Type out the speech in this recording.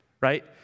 right